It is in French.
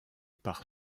par